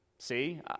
See